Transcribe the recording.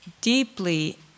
deeply